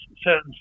certain